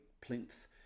plinth